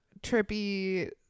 trippy